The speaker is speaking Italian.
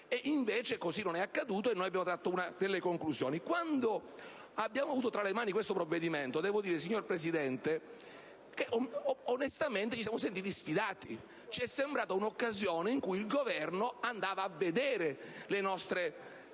Invece così non è accaduto, e noi ne abbiamo tratto delle conclusioni. Quando abbiamo avuto tra le mani questo provvedimento, devo dire, signor Presidente, che onestamente ci siamo sentiti sfidati; ci è sembrata un'occasione in cui il Governo andava a vedere le nostre